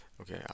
Okay